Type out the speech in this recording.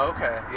Okay